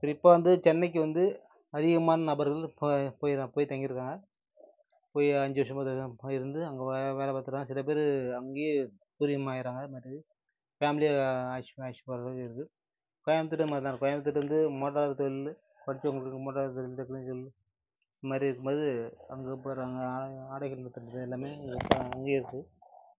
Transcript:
சரி இப்போ வந்து சென்னைக்கு வந்து அதிகமான நபர்கள் போய்ருக்காங்க போய் தங்கியிருக்காங்க போய் அஞ்சு வருஷம் பத்து வருஷம் போய் இருந்து அங்கே வே வேலை பார்க்கறாங்க சில பேர் அங்கேயே பிரியம் ஆயிடுறாங்க அந்த மாதிரி ஃபேமிலியை அழைச் அழைச்சிட்டு போகிறதும் இருக்குது கோயம்முத்தூரும் அது மாதிரி தான் கோயம்முத்தூர் வந்து மோட்டார் தொழிலு படிச்சவங்களுக்கு மோட்டார் தொழில் டெக்னிக்கல் இந்த மாதிரி இருக்கும் போது அங்கே போய்ட்றாங்க ஆலை ஆடைகள் இருக்கிறது எல்லாமே இப்போ அங்கேயே இருக்குது